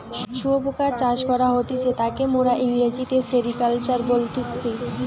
শুয়োপোকা চাষ করা হতিছে তাকে মোরা ইংরেজিতে সেরিকালচার বলতেছি